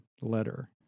letter